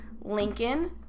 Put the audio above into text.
Lincoln